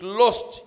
lost